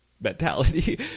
mentality